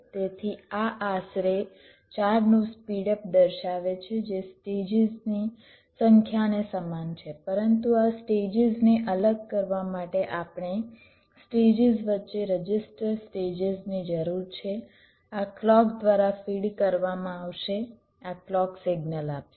તેથી આ આશરે 4 નું સ્પીડ અપ દર્શાવે છે જે સ્ટેજીસની સંખ્યાને સમાન છે પરંતુ આ સ્ટેજીસને અલગ કરવા માટે આપણને સ્ટેજીસ વચ્ચે રજિસ્ટર સ્ટેજીસની જરૂર છે આ ક્લૉક દ્વારા ફીડ કરવામાં આવશે આ ક્લૉક સિગ્નલ આપશે